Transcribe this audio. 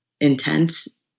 intense